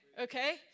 Okay